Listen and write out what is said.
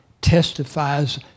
testifies